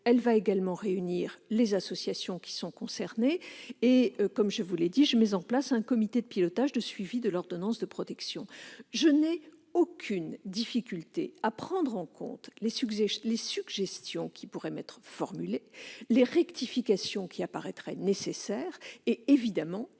Elle réunira également les associations concernées. En outre, comme je l'ai dit, je mets en place un comité de pilotage, de suivi des ordonnances de protection. Je n'aurai aucune difficulté à prendre en compte les suggestions qui pourraient m'être formulées et les rectifications qui apparaîtraient nécessaires. Bien évidemment,